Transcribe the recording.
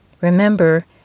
Remember